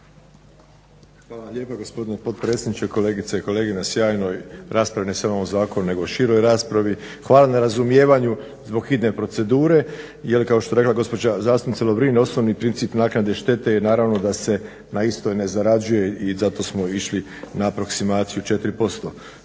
Hvala lijepa gospodine potpredsjedniče. Kolegice i kolege na sjajnoj raspravi ne samo o ovom zakonu nego o široj raspravi. Hvala na razumijevanju zbog hitne procedure jer kao što je rekla gospođa zastupnica Lovrin osnovni princip naknade štete je naravno da se na istoj ne zarađuje i zato smo išli na aproksimaciju 4%.